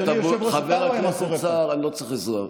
אדוני יושב-ראש, חבר הכנסת סער, אני לא צריך עזרה.